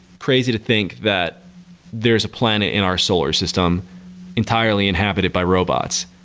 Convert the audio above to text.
crazy to think that there is a planet in our solar system entirely inhabited by robots,